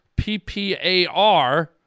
PPAR